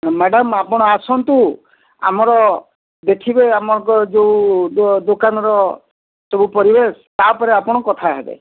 madam ଆପଣ ଆସନ୍ତୁ ଆମର ଦେଖିବେ ଆମକ ଯେଉଁ ଦୋକାନର ସବୁ ପରିବେଶ ତା'ପରେ ଆପଣ କଥା ହେବେ